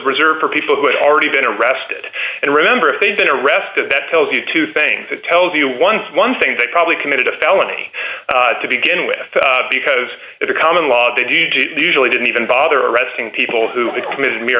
reserved for people who had already been arrested and remember if they'd been arrested that tells you to thing that tells you once one thing they probably committed a felony to begin with because it's a common law the g g usually didn't even bother arresting people who had committed m